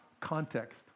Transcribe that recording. context